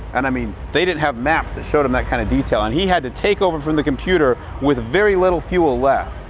and i mean they didn't have maps that showed them that kind of detail, and he had to take over from the computer with very little fuel left.